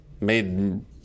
made